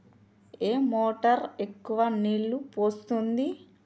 ఏ motor ఎక్కువ నీళ్లు పోస్తుంది?